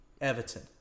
Everton